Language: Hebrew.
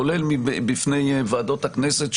כולל בפני ועדות הכנסת,